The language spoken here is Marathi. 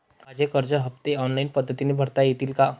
माझे कर्ज हफ्ते ऑनलाईन पद्धतीने भरता येतील का?